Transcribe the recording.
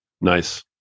Nice